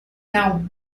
now